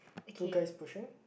two guys pushing